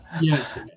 Yes